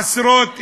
עשרות בני-נוער,